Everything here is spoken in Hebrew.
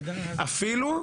אפילו,